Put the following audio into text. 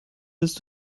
willst